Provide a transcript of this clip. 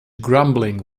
grumbling